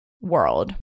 world